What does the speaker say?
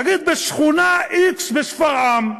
תגיד בשכונה x בשפרעם.